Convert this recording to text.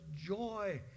joy